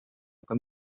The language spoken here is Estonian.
aga